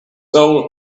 soul